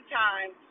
time